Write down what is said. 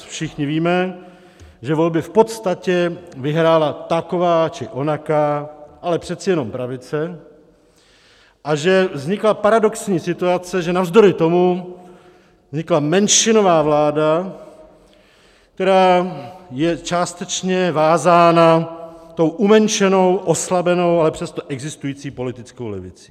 Všichni víme, že volby v podstatě vyhrála taková či onaká, ale přece jenom pravice a že vznikla paradoxní situace, že navzdory tomu vznikla menšinová vláda, která je částečně vázána tou umenšenou, oslabenou, ale přesto existující politickou levicí.